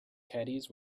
caddies